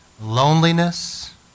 loneliness